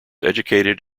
educated